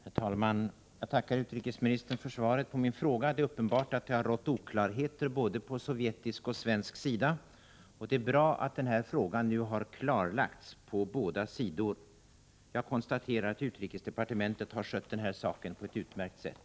Herr talman! Jag tackar utrikesministern för svaret på min fråga. Det är uppenbart att det i det här ärendet har rått oklarhet på både sovjetisk och svensk sida, och det är bra att den här frågan nu har klarlagts på båda sidor. Jag konstaterar att utrikesdepartementet har skött saken på ett utmärkt sätt.